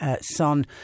son